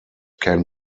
can